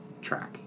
track